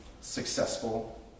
successful